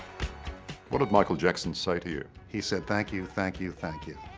what would michael jackson say to you he said thank you thank you. thank you,